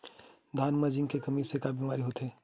धान म जिंक के कमी से का बीमारी होथे?